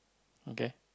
okay